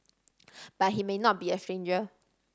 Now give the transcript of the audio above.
but he may not be a stranger